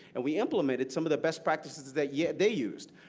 and we implemented some of the best practices that yeah they used.